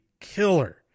killer